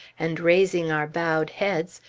and raising our bowed heads,